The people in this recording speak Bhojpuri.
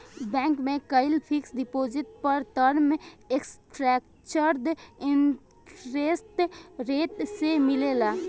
बैंक में कईल फिक्स्ड डिपॉज़िट पर टर्म स्ट्रक्चर्ड इंटरेस्ट रेट से मिलेला